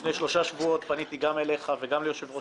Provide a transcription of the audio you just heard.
לפני שלושה שבועות פניתי גם אליך וגם ליושב-ראש